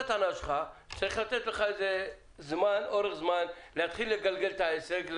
צריך לתת לך אורך זמן להתחיל לגלגל את העסק.